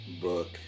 book